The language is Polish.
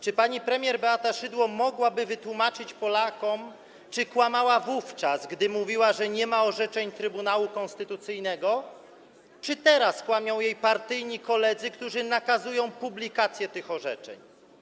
Czy pani premier Beata Szydło mogłaby wytłumaczyć Polakom, czy kłamała wówczas, gdy mówiła, że nie ma orzeczeń Trybunału Konstytucyjnego, czy teraz kłamią jej partyjni koledzy, którzy nakazują publikację tych orzeczeń.